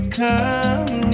come